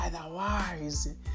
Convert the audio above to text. Otherwise